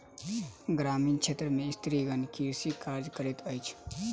ग्रामीण क्षेत्र में स्त्रीगण कृषि कार्य करैत अछि